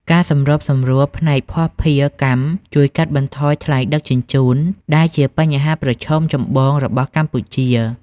ការសម្របសម្រួលផ្នែកភស្តុភារកម្មជួយកាត់បន្ថយថ្លៃដឹកជញ្ជូន ដែលជាបញ្ហាប្រឈមចម្បងរបស់កម្ពុជា។